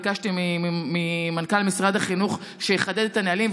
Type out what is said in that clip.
ביקשתי ממנכ"ל משרד החינוך לחדד את הנהלים,